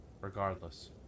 regardless